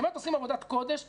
הם באמת עושים עבודת קודש,